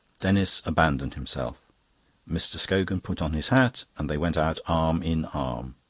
denis abandoned himself mr. scogan put on his hat and they went out arm in arm.